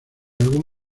algún